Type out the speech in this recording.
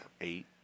eight